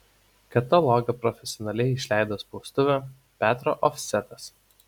katalogą profesionaliai išleido spaustuvė petro ofsetas